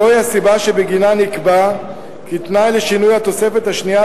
זוהי הסיבה שבגינה נקבע כי תנאי לשינוי התוספת השנייה,